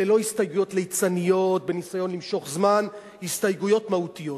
אלה לא הסתייגויות ליצניות בניסיון למשוך זמן הסתייגויות מהותיות.